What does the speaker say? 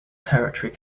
territory